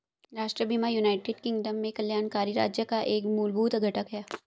राष्ट्रीय बीमा United Kingdom में कल्याणकारी राज्य का एक मूलभूत घटक है